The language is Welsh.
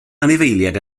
anifeiliaid